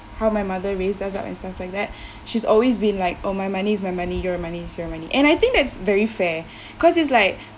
how my mother raised us up and stuff like that she's always been like oh my money is my money your money is your money and I think that's very fair cause is like